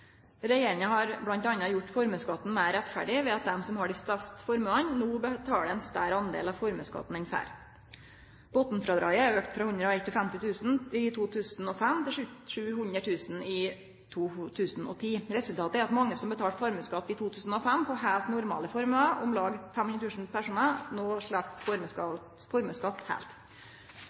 Regjeringa har bl.a. gjort formuesskatten meir rettferdig ved at dei som har dei største formuane, no betaler ein større del enn før. Botnfrådraget er auka frå 151 000 kr i 2005 til 700 000 kr i 2010. Resultatet er at mange som betalte formuesskatt i 2005 på heilt normale formuar, om lag 500 000 personar, no slepp formuesskatt heilt.